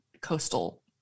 coastal